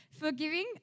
Forgiving